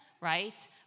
right